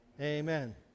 Amen